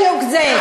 זה בדיוק זה.